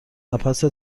مبحث